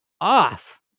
off